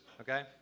okay